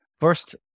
first